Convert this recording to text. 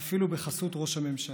ואפילו בחסות ראש הממשלה.